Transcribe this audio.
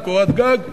בקורת גג,